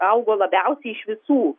augo labiausiai iš visų